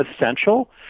essential